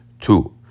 Two